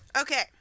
Okay